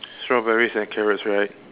strawberries and carrots right